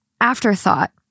afterthought